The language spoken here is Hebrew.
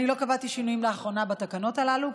אני לא קבעתי שינויים בתקנות הללו לאחרונה,